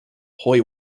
hoy